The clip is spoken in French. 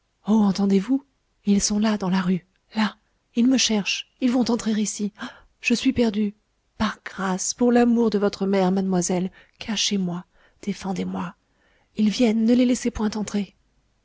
oh entendez-vous ils sont dans la rue là ils me cherchent ils vont entrer ici oh je suis perdu par grâce pour l'amour de votre mère mademoiselle cachez-moi défendez-moi ils viennent ne les laissez point entrer